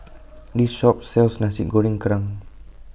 This Shop sells Nasi Goreng Kerang